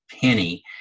penny